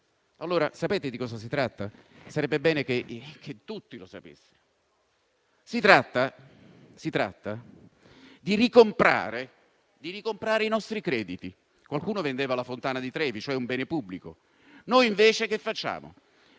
dell'Ilva. Sapete di cosa si tratta? Sarebbe bene che tutti lo sapessero. Si tratta di ricomprare i nostri crediti. Qualcuno vendeva la fontana di Trevi, cioè un bene pubblico. Noi invece nel 2018 facciamo